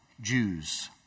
Jews